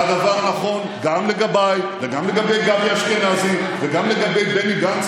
והדבר נכון גם לגביי וגם לגבי גבי אשכנזי וגם לגבי בני גנץ,